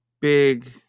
Big